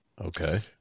Okay